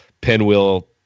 pinwheel